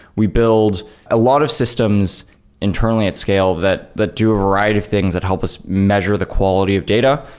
we build a lot of systems internally at scale that that do a variety of things that help us measure the quality of data,